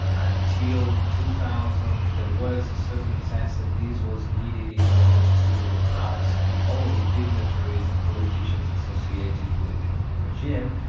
until two thousand there was a certain sense that this was needed in order to oust the old dignitaries and politicians associated with the old regime.